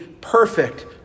perfect